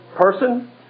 person